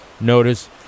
notice